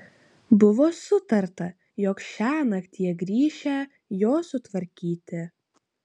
buvo sutarta jog šiąnakt jie grįšią jo sutvarkyti